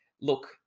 look